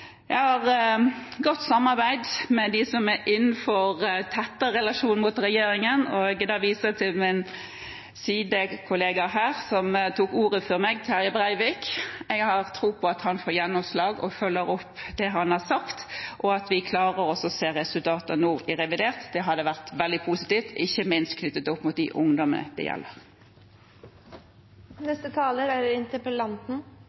Jeg har godt samarbeid med dem som har en tettere relasjon inn mot regjeringen, og da viser jeg til min sidekollega her, som tok ordet før meg, Terje Breivik. Jeg har tro på at han får gjennomslag og følger opp det han har sagt, og at vi klarer å se resultater nå i revidert. Det hadde vært veldig positivt, ikke minst knyttet opp mot de ungdommene det